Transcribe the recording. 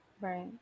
Right